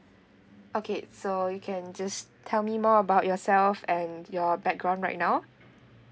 okay so you can just tell me more about yourself and your background right now